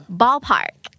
ballpark